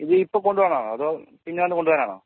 ഇത് ഇപ്പൊൾ കൊണ്ട് പോവാനാണോ അതോ പിന്നെ വന്ന് കൊണ്ട് പോവാനാണോ